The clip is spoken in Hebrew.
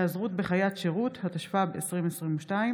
(היעזרות בחיית שירות), התשפ"ב 2022,